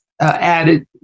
added